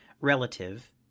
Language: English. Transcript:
relative